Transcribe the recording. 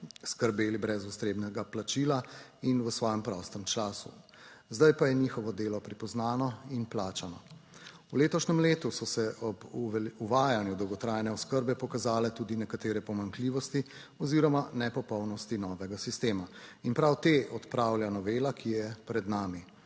TRAK (VI) 9.25** (nadaljevanje) prostem času. Zdaj pa je njihovo delo pripoznano in plačano. V letošnjem letu so se ob uvajanju dolgotrajne oskrbe pokazale tudi nekatere pomanjkljivosti oziroma nepopolnosti novega sistema. In prav te odpravlja novela, ki je pred nami,